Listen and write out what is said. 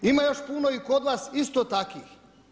Ima još puno i kod vas isto takvih.